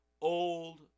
Old